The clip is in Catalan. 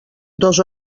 dos